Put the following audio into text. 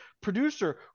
producer